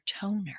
toner